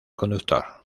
conductor